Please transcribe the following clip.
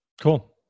Cool